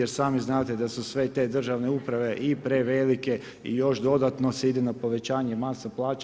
Jer i sami znate da su sve te državne uprave i prevelike i još dodatno se ide na povećanje masa plaća.